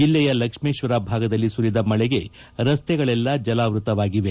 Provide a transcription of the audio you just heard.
ಜಿಲ್ಲೆಯ ಲಕ್ಷ್ಮೇತ್ವರ ಭಾಗದಲ್ಲಿ ಸುರಿದ ಮಳೆಗೆ ರಸ್ತೆಗಳೆಲ್ಲ ಜಲಾವೃತವಾಗಿವೆ